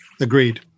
Agreed